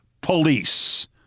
police